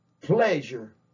pleasure